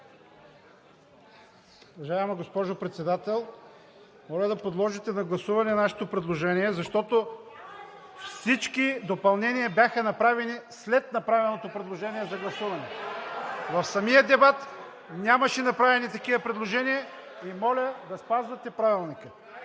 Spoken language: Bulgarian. Уважаема госпожо Председател, моля да подложите на гласуване нашето предложение, защото всички допълнения бяха направени след направеното предложение за гласуване. (Силен шум и реплики.) В самия дебат нямаше направени такива предложения и моля да спазвате Правилника.